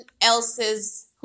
else's